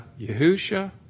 Yahusha